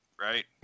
Right